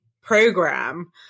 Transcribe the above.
program